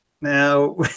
Now